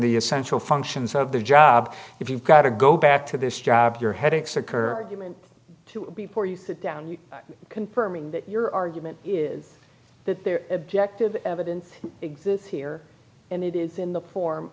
the essential functions of the job if you've got to go back to this job your headaches occur argument before you sit down confirming that your argument is that there are objective evidence exists here and it is in the form